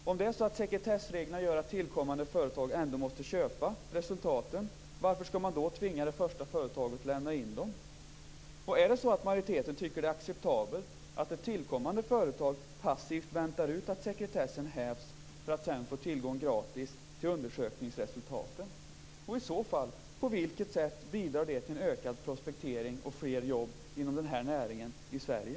Om sekretessreglerna gör att tillkommande företag ändå måste köpa resultaten, varför skall man då tvinga det första företaget att lämna in dem? Om majoriteten tycker att det är acceptabelt att ett tillkommande företag passivt väntar ut att sekretessen hävs för att sedan få gratis tillgång till undersökningsresultaten, på vilket sätt bidrar det i så fall till ökad prospektering och fler jobb inom den här näringen i Sverige?